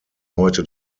heute